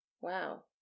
Wow